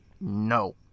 No